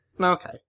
Okay